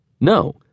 no